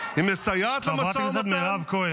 --- חברת הכנסת מירב כהן,